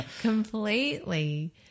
completely